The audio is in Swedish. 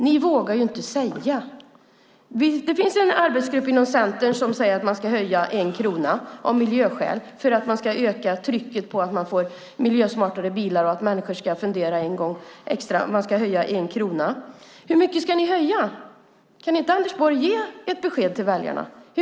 Ni vågar ju inte säga vad ni tänker föreslå. Det finns en arbetsgrupp inom Centern som säger att man ska höja den med en krona av miljöskäl, så att man ökar trycket på att skaffa miljösmartare bilar. Hur mycket ska ni höja bensinskatten med? Kan inte Anders Borg ge ett besked till väljarna?